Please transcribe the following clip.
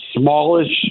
smallish